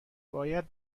باید